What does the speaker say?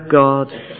God